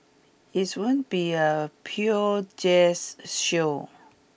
it's won't be a pure jazz show